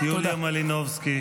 תודה.